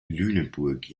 lüneburg